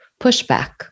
pushback